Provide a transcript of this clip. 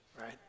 right